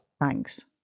Thanks